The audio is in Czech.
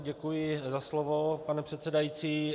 Děkuji za slovo, pane předsedající.